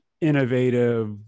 innovative